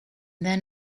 then